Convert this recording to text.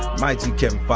my g kevin